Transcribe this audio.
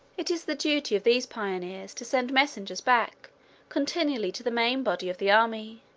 it is the duty of these pioneers to send messengers back continually to the main body of the army,